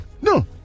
No